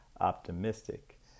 optimistic